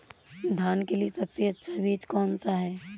धान के लिए सबसे अच्छा बीज कौन सा है?